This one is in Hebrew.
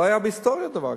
לא היה בהיסטוריה דבר כזה.